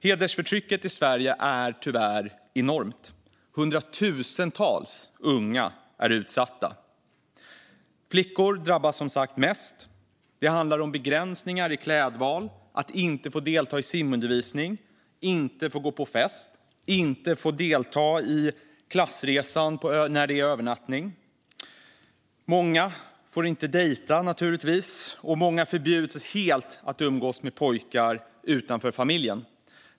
Hedersförtrycket i Sverige är tyvärr enormt. Hundratusentals unga är utsatta, och flickor drabbas mest. Det handlar om begränsningar i klädval, att inte få delta i simundervisning, att inte få gå på fest eller inte få delta i klassresan när det är övernattning. Många får inte dejta - naturligtvis - och många förbjuds helt att umgås med pojkar utanför familjen.